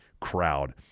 crowd